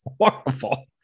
horrible